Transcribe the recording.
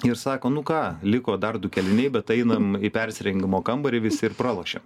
ir sako nu ką liko dar du kėliniai bet einam į persirengimo kambarį visi ir pralošėm